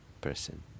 person